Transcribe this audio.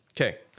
Okay